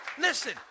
Listen